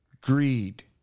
greed